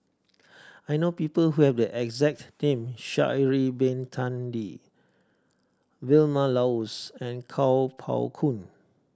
I know people who have the exact name Sha'ari Bin Tadin Vilma Laus and Kuo Pao Kun